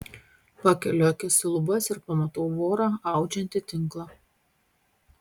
pakeliu akis į lubas ir pamatau vorą audžiantį tinklą